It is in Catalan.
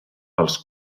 pels